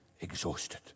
exhausted